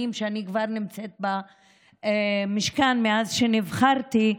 שאני כבר נמצאת במשכן מאז שנבחרתי,